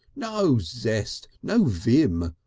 no zest! no vim!